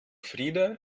frida